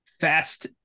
Fast